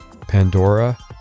Pandora